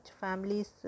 families